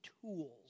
tools